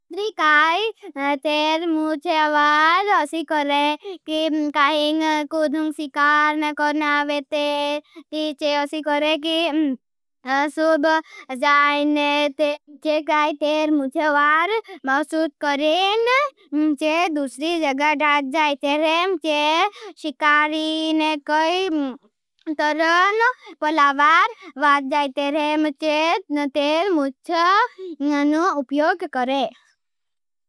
मुझे काई तेर मुझे वार असी करें। कि काहिंग कुधं सिकार न करने आवे तेर तीछे असी करें। कि सुब जाएने तेर मुझे वार मसूच करें तेर दूसरी जगड़ाड़ जाएते हैं। तेर शिकारी न काई तरन पलावार वार जाएते हैं। तेर मुझे न उप्योग करें। करने के लिए आवे तेर दूसरी जगड़ाड़ जाएते हैं। तेर शिकारी न काई तरन पलावार वार जाएते हैं। नते मुझो ननौ उप्य्प्ग करे।